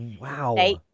Wow